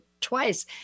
twice